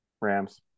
Rams